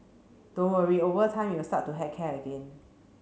don't worry over time you will start to heck care again